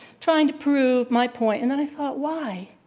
trying to prove my point. and then i thought, why?